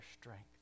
strength